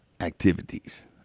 activities